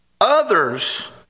Others